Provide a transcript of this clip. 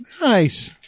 Nice